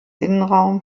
innenraum